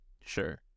Sure